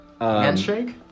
Handshake